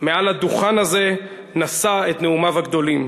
מעל הדוכן הזה, נשא את נאומיו הגדולים.